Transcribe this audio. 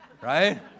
right